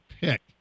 pick